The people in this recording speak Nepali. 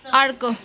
अर्को